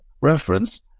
reference